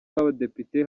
w’abadepite